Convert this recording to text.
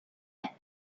வாங்க